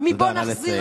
ששש.